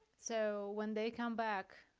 so when they come back,